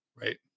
Right